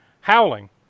Howling